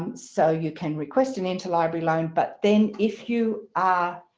um so you can request an interlibrary loan but then if you are